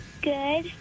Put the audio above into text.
Good